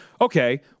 okay